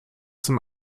zum